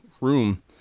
room